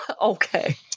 Okay